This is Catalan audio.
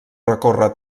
recórrer